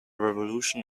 revolution